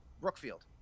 Brookfield